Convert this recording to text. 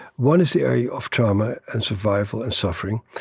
one is the area of trauma and survival and suffering,